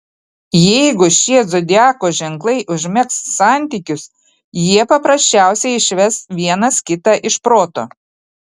jeigu šie zodiako ženklai užmegs santykius jie paprasčiausiai išves vienas kitą iš proto